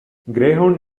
greyhound